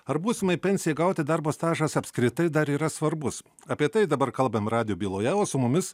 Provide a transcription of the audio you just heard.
ar būsimai pensijai gauti darbo stažas apskritai dar yra svarbus apie tai dabar kalbem radijo byloje o su mumis